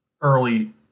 early